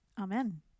Amen